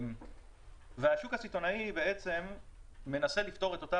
השוק הסיטונאי בעצם מנסה לפתור את אותה